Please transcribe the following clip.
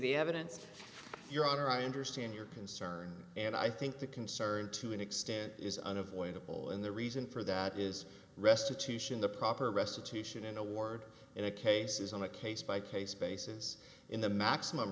the evidence your honor i understand your concern and i think the concern to an extent is unavoidable and the reason for that is restitution the proper restitution an award in a case is on a case by case basis in the maximum